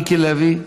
חבר הכנסת מיקי לוי,